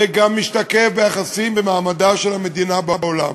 זה גם משתקף ביחסים, במעמדה של המדינה בעולם.